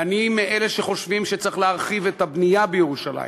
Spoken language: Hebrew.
ואני מאלה שחושבים שצריך להרחיב את הבנייה בירושלים,